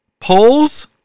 polls